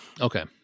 Okay